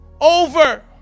over